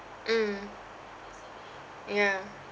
mm ya